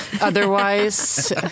Otherwise